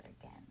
again